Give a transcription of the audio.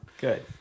good